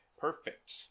perfect